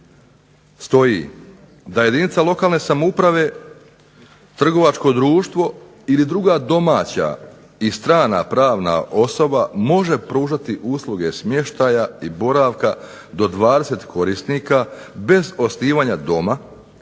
stoji da jedinica lokalne samouprave, trgovačko društvo ili druga domaća i strana pravna osoba može pružati usluge smještaja i boravka do 20 korisnika, bez osnivanja doma,